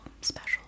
special